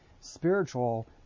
spiritual